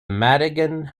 madigan